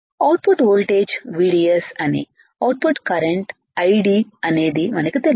out put voltage VDS అని output current ID అనేది మనకి తెలుసు